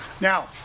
Now